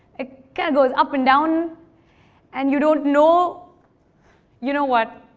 it kind of goes up and down and you don't know you know what?